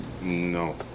No